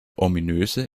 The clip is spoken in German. ominöse